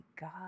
God